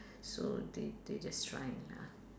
so they they just trying lah